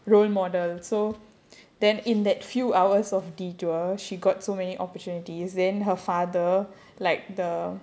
role model so then in that few hours of detour she got so many opportunities then her father like the